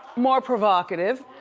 more provocative,